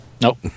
Nope